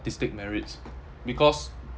artistic merits because